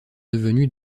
devenus